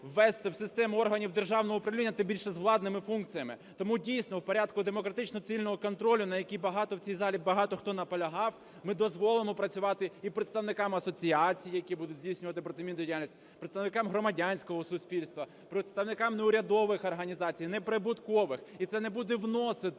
ввести в систему органів державного управління, тим більше з владними функціями? Тому, дійсно, в порядку демократично-цивільного контролю, на який багато в цій залі, багато хто наполягав, ми дозволимо працювати і представникам асоціацій, які будуть здійснювати протимінну діяльність, представникам громадянського суспільства, представникам неурядових організацій, неприбуткових. І це не буде вносити